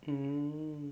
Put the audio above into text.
mm